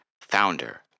founder